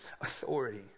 authority